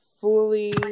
fully